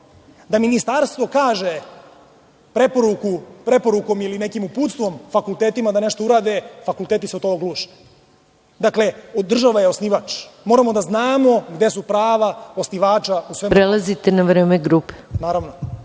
da Ministarstvo kaže preporukom ili nekim uputstvom fakultetima da nešto urade, fakulteti se o to ogluše. Dakle, država je osnivač. Moramo da znamo gde su prava osnivača…. **Maja Gojković** Prelazite na vreme grupe. **Balša